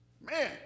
Man